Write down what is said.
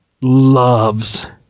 loves